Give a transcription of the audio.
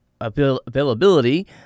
availability